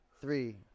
three